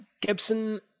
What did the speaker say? Gibson